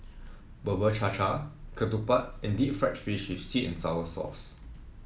Bubur Cha Cha Ketupat and Deep Fried Fish with sweet and sour sauce